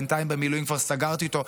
בינתיים במילואים כבר סגרתי אותו.